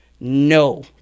no